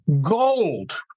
gold